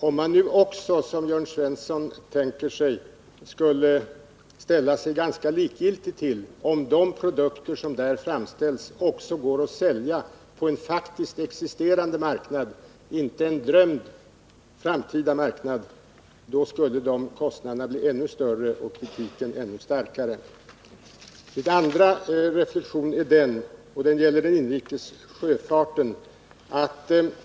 Om man nu också som Jörn Svensson tänker sig skulle ställa sig likgiltig till huruvida de produkter som framställs i varvsindustrin också går att sälja på en faktiskt existerande marknad — inte en drömd framtida marknad — skulle kostnaderna bli ännu större och kritiken ännu starkare. Min andra reflexion gäller den inrikes sjöfarten.